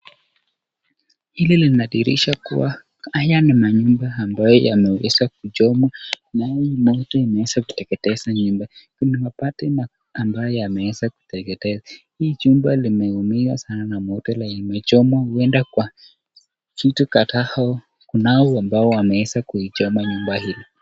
Hili linadhiirisha kua, haya ni manyumba yameweza kuchomwa na hii moto imeweza kuteketeza nyumba. Kuna mabati ambayo yameteketea. Hii jumba limeumia sana na moto lenye imechomwa huenda kwa vitu. Kunao wanaeza kuichoma nyumba hii.